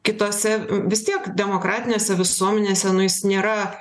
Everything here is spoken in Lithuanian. kitose vis tiek demokratinėse visuomenėse nu jis nėra